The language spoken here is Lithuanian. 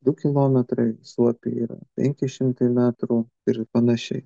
du kilometrai suopiui yra penki šimtai metrų ir panašiai